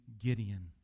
gideon